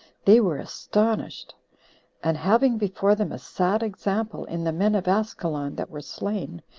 they were astonished and having before them a sad example in the men of askelon that were slain,